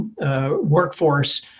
workforce